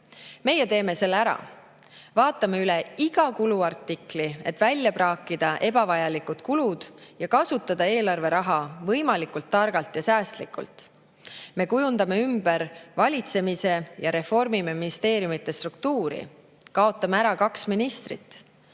Meie teeme selle ära, vaatame üle iga kuluartikli, et välja praakida ebavajalikud kulud ja kasutada eelarveraha võimalikult targalt ja säästlikult. Me kujundame ümber valitsemise ja reformime ministeeriumide struktuuri. Kaotame ära kaks ministri[kohta].